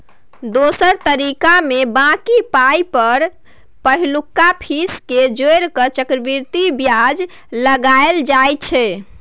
दोसर तरीकामे बॉकी पाइ पर पहिलुका फीस केँ जोड़ि केँ चक्रबृद्धि बियाज लगाएल जाइ छै